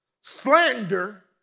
Slander